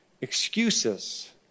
excuses